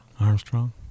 Armstrong